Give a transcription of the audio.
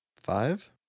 Five